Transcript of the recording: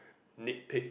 nick pick